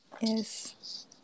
Yes